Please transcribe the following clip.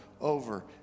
over